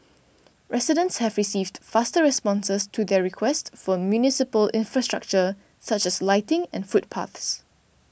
residents have received faster responses to their requests for municipal infrastructure such as lighting and footpaths